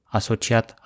asociat